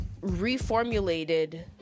reformulated